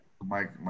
Mike